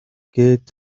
гээд